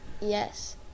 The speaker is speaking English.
Yes